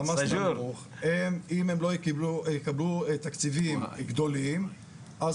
הם אם הן לא יקבלו תקציבים גדולים אז